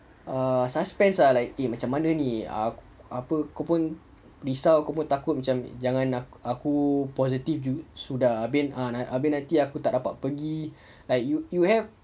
err suspense ah like eh macam mana ni eh apa aku pun risau aku pun takut jangan a~ aku positive ju~ sudah abeh nanti aku tak dapat pergi like you have